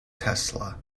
tesla